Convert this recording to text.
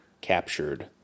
captured